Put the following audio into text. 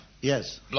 Yes